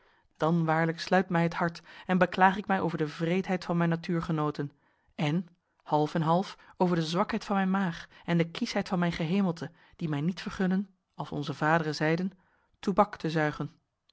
dan waarlijk sluit mij het hart en beklaag ik mij over de wreedheid van mijn natuurgenooten en half en half over de zwakheid van mijn maag en de kieschheid van mijn gehemelte die mij niet vergunnen als onze vaderen zeiden toeback te suygen